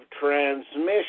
transmission